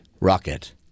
Rocket